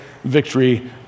Victory